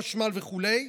חשמל וכו'.